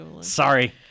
Sorry